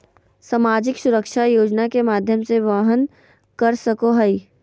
सामाजिक सुरक्षा योजना के माध्यम से वहन कर सको हइ